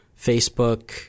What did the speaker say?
Facebook